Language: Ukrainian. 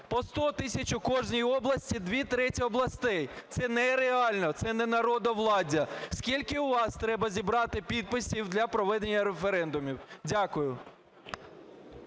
по 100 тисяч у кожній області, дві треті області – це нереально, це не народовладдя. Скільки у вас треба зібрати підписів для проведення референдумів. Дякую.